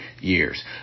years